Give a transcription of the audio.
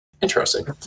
Interesting